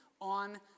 on